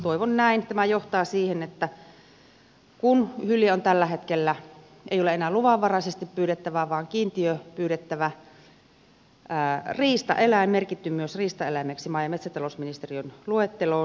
toivon näin että tämä johtaa siihen kun hylje ei tällä hetkellä ole enää luvanvaraisesti pyydettävä vaan kiintiöpyydettävä riistaeläin merkitty myös riistaeläimeksi maa ja metsätalousministeriön luetteloon